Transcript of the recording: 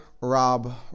Rob